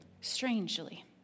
strangely